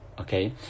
okay